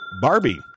Barbie